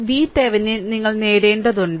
ഈ VThevenin നിങ്ങൾ നേടേണ്ടതുണ്ട്